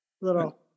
little